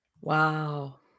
Wow